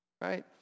right